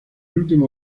último